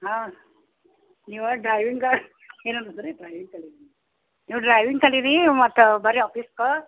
ಹಾಂ ನೀವು ಡ್ರೈವಿಂಗ ಏನು ಅನ್ನೋದ್ ರೀ ನೀವು ಡ್ರೈವಿಂಗ್ ಕಲಿ ರೀ ಮತ್ತು ಬನ್ರಿ ಆಫೀಸ್ಗೆ